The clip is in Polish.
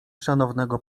szanownego